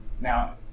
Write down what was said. Now